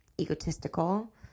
egotistical